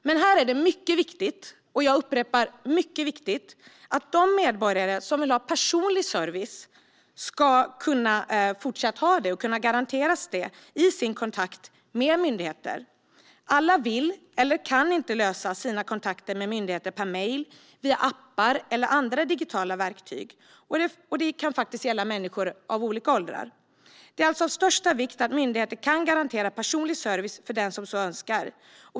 Det är dock mycket viktigt att de medborgare som vill ha personlig service i sin kontakt med myndigheter ska garanteras detta. Alla vill eller kan inte lösa sina kontakter med myndigheter per mejl eller via appar eller andra digitala verktyg, och det kan gälla människor i olika åldrar. Det är alltså av största vikt att myndigheter kan garantera personlig service för den som så önskar.